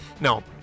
No